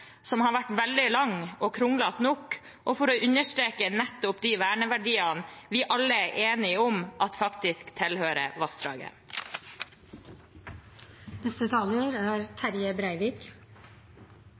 som har vært veldig lang – og kronglete nok – og for å understreke nettopp de verneverdiene vi alle er enige om at faktisk tilhører vassdraget. Dette er